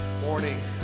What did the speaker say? Morning